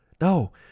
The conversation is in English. No